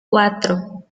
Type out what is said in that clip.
cuatro